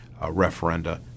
referenda